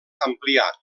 ampliar